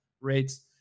rates